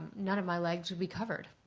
none of my legs would be covered.